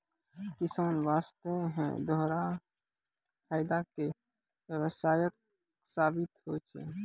किसान वास्तॅ है दोहरा फायदा के व्यवसाय साबित होय छै